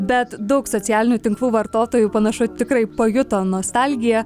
bet daug socialinių tinklų vartotojų panašu tikrai pajuto nostalgiją